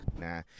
nah